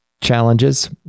challenges